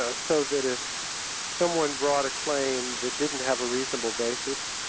ah so that if someone brought a claim that didn't have a reasonable basis,